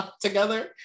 together